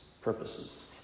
purposes